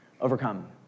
Overcome